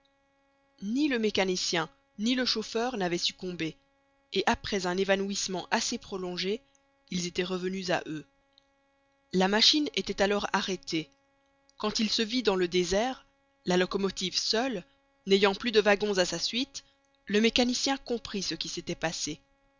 ni le mécanicien ni le chauffeur n'avaient succombé et après un évanouissement assez prolongé ils étaient revenus à eux la machine était alors arrêtée quand il se vit dans le désert la locomotive seule n'ayant plus de wagons à sa suite le mécanicien comprit ce qui s'était passé